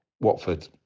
Watford